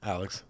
Alex